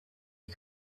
had